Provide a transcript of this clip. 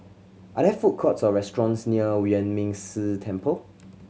are there food courts or restaurants near Yuan Ming Si Temple